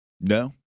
no